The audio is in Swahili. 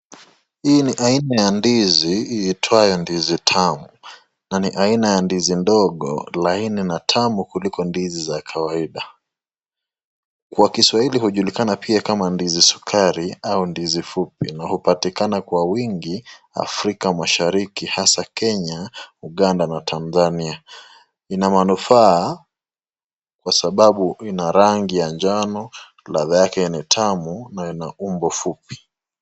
Hii ni aina ya ndizi iitwayo ndizi tamu. Na ni aina ya ndizi ndogo laini na tamu kuliko ndizi ya kawaida. Kwa kiswahili hujilikana pia kama ndizi sukari au ndizi fupi na hupatikana kwa wingi afrika mashariki hasa Kenya, Uganda na Tanzania. Ina manufaa kwa sababu ina rangi ya njano, ladha yake ni tamu na ina umbo fupi.